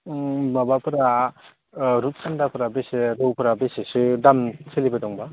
माबाफोरा रुप सान्दाफोरा बेसे रौफोरा बेसेसो दाम सोलिबाय दंबा